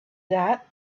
that